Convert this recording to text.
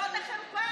זאת החרפה.